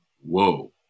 whoa